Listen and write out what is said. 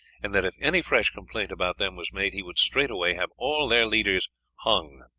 and that if any fresh complaint about them was made he would straightway have all their leaders hung.